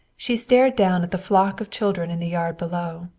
she stared down at the flock of children in the yard below.